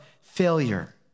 failure